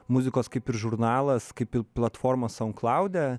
muzikos kaip ir žurnalas kaip ir platformos onklaude